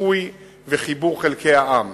איחוי וחיבור חלקי העם.